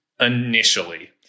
initially